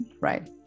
right